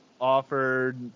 offered